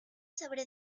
sobre